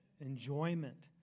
enjoyment